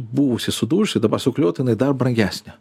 buvusi sudužusi dabar suklijuota jinai dar brangesnė